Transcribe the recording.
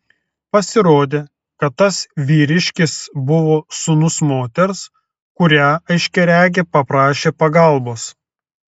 pasirodė kad tas vyriškis buvo sūnus moters kurią aiškiaregė paprašė pagalbos